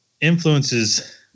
influences